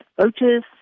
voters